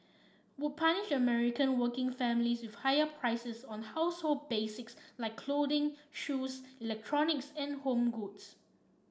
would punish American working families with higher prices on household basics like clothing shoes electronics and home goods